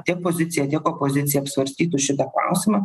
tiek pozicija tiek opozicija apsvarstytų šitą klausimą